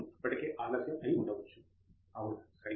professor Andrew Thangaraj అవును సరిగ్గా అదే